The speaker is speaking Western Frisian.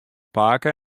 pake